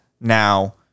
now